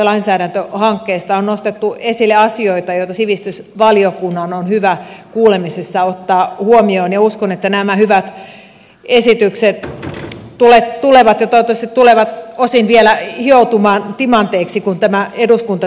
on nostettu esille asioita joita sivistysvaliokunnan on hyvä kuulemisissa ottaa huomioon ja uskon että nämä hyvät esitykset tulevat hioutumaan ja toivottavasti tulevat osin vielä hioutumaan timanteiksi kun eduskunta tämän käsittelyn käy